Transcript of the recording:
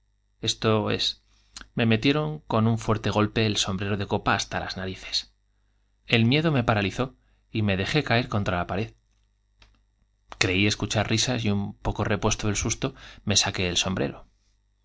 esto es me metieron con un fuerte golpe el sombrero de copa hasta las narices el miedo me paralizó y me dejé caer contra la pared creí escuchar r isas y un poco repuesto del susto me saqué el sombrero